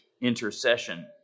intercession